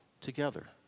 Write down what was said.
together